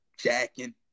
Jacking